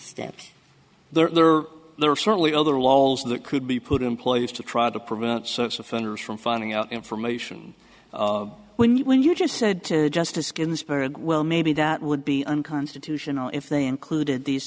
steps there are there are certainly other laws that could be put in place to try to prevent such offenders from finding out information when you when you just said to justice ginsburg well maybe that would be unconstitutional if they included these